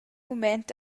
mument